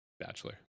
Bachelor